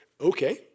okay